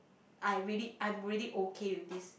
I really I'm really okay with this